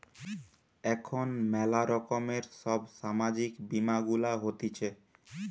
এখন ম্যালা রকমের সব সামাজিক বীমা গুলা হতিছে